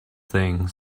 thing